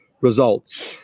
results